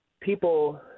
People